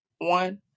one